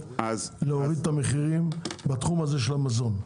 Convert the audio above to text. להוריד את המחירים בתחום הזה של המזון.